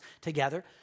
together